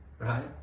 Right